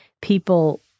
people